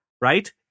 right